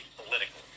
political